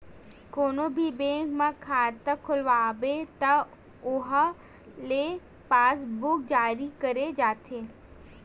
कोनो भी बेंक म खाता खोलवाबे त उहां ले पासबूक जारी करे जाथे